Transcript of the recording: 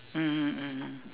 mmhmm mmhmm